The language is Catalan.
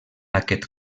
aquest